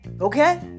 Okay